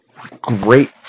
great